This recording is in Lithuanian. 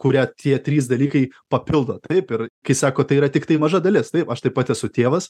kurią tie trys dalykai papildo taip ir kai sako tai yra tiktai maža dalis taip aš taip pat esu tėvas